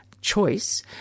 choice